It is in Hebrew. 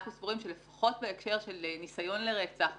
ולכן אנחנו סבורים שלפחות בהקשר של ניסיון לרצח,